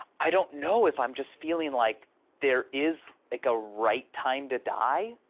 i don't know if i'm just feeling like there is like a right time to die.